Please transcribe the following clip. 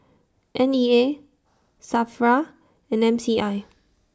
N E A SAFRA and M C I